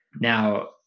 Now